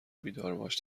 بیدارباش